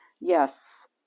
yes